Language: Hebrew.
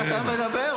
אתה מדבר,